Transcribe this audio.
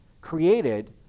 created